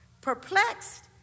perplexed